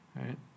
Right